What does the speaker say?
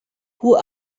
who